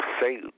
say